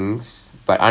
mm ya ya ya